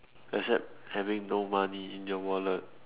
except having no money in your wallet